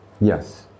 Yes